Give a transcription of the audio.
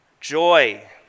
joy